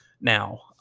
Now